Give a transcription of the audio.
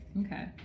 Okay